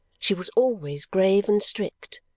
she was always grave and strict.